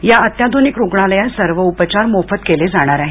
या अत्याध्निक रुग्णालयात सर्व उपचार मोफत केले जाणार आहेत